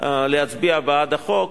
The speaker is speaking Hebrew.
להצביע בעד החוק.